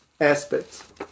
aspects